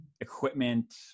equipment